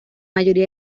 mayoría